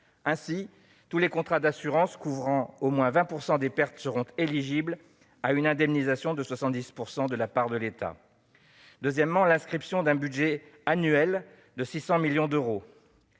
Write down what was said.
Ainsi, tous les contrats d'assurance couvrant au moins 20 % des pertes seront éligibles à une indemnisation de 70 % de la part de l'État. Je pense ensuite à l'inscription d'un budget annuel de 600 millions d'euros.